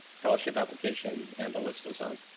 fellowship application, and the list goes on.